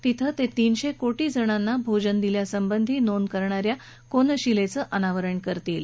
तिथे ते तीनशे कोटी जणांना भोजन दिल्यासंबधी नोंद करणाऱ्या कोनशिलेचं आनावरण करतील